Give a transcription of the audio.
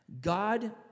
God